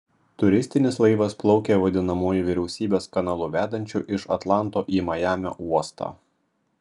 turistinis laivas plaukė vadinamuoju vyriausybės kanalu vedančiu iš atlanto į majamio uostą